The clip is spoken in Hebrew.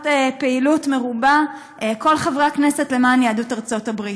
לעשות פעילות מרובה למען יהדות ארצות-הברית.